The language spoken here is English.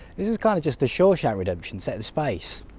this is kind of just the shawshank redemption set in space.